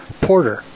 porter